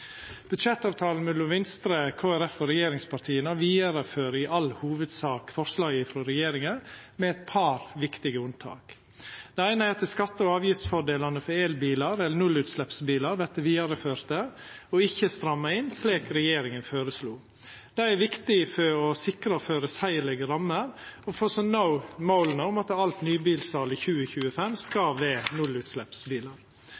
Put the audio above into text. Budsjettavtalen mellom Venstre, Kristeleg Folkeparti og regjeringspartia fører i all hovudsak vidare forslaga frå regjeringa, med eit par viktige unntak. Det eine er at skatte- og avgiftsfordelane for elbilar – nullutsleppsbilar – vert førte vidare og ikkje stramma inn, slik regjeringa føreslo. Det er viktig for å sikra føreseielege rammer og for å nå målet om at alt sal av nye bilar i 2025